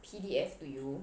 P_D_F to you